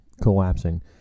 collapsing